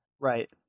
Right